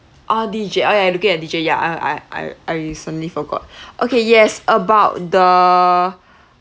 ah D_J ah you are looking at D_J ya I I I I suddenly forgot okay yes about the